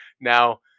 Now